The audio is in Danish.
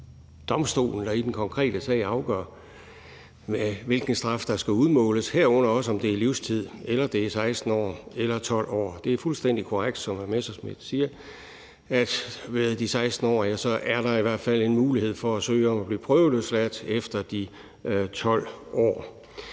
domstolen, der i den konkrete sag afgør, hvilken straf der skal udmåles, herunder også om det er livstid, eller om det er 16 år eller 12 år. Det er fuldstændig korrekt, som hr. Morten Messerschmidt siger, at der ved de 16 år i hvert fald er en mulighed for at søge om at blive prøveløsladt efter de 12 år.